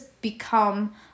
become